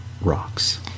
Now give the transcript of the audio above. rocks